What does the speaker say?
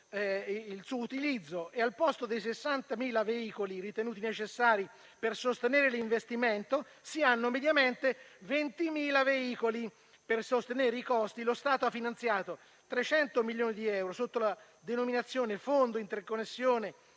l'utilizzo. Al posto dei 60.000 veicoli ritenuti necessari per sostenere l'investimento, si hanno mediamente 20.000 veicoli. Per sostenere i costi, lo Stato ha finanziato 300 milioni di euro sotto la denominazione «Fondo interconnessione